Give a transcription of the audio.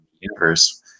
universe